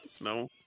No